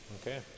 Okay